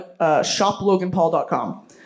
shoploganpaul.com